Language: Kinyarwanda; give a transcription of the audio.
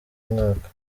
mwaka